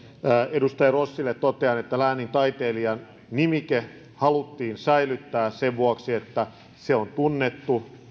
edustaja rossille totean että läänintaiteilijan nimike haluttiin säilyttää sen vuoksi että se on tunnettu